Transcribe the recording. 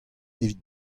evit